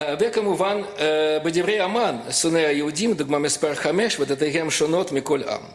וכמובן בדברי אמן, שונאי היהודים, דוגמה מספר חמש, ודעתיהם שונות מכל עם.